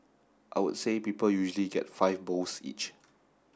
I would say people usually get five bowls each